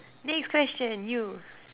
next question you